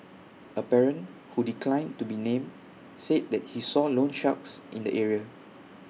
A parent who declined to be named said that he saw loansharks in the area